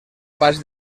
pas